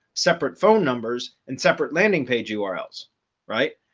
separate phone numbers and separate landing page yeah urls. right.